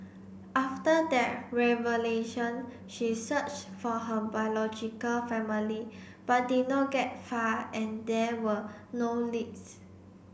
after revelation she searched for her biological family but did not get far and there were no leads